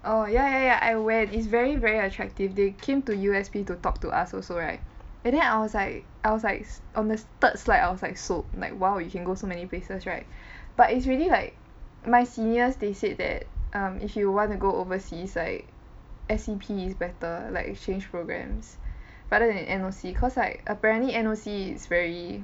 oh ya ya ya I went is very very attractive they came to U_S_P to talk to us also right and then I was like I was like on the third slide I was like sold like !wow! you can go so many places right but it's really like my seniors they said that um if you want to go overseas like S_E_P is better like exchange programmes rather than in N_O_C cause like apparently N_O_C is very